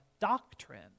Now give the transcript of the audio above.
doctrine